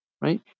right